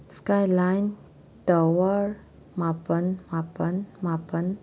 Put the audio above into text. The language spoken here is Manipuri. ꯏꯁꯀꯥꯏ ꯂꯥꯏꯟ ꯇꯥꯋꯔ ꯃꯥꯄꯜ ꯃꯥꯄꯜ ꯃꯥꯄꯜ